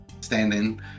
standing